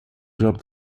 drop